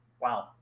wow